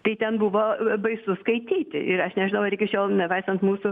tai ten buvo baisu skaityti ir aš nežinau ar iki šiol nepaisant mūsų